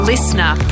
Listener